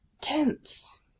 Tense